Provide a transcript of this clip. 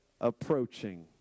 approaching